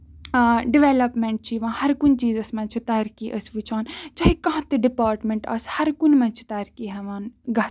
development چھِ یِوان ہر کُنہِ چیٖزَس منٛز چھِ ترقی أسۍ وُچھان چاہے کانٛہہ تہِ ڈِپارٹمینٹ آسہِ ہر کُنہِ منٛز چھِ ترقی ہیٚوان گژھٕنۍ